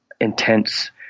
intense